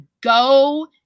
go